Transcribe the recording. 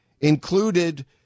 included